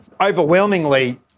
overwhelmingly